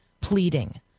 pleading